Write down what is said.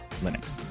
Linux